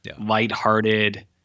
lighthearted